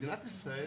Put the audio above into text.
מדינת ישראל